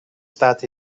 staat